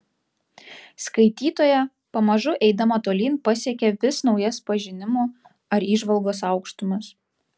skaitytoja pamažu eidama tolyn pasiekia vis naujas pažinimo ar įžvalgos aukštumas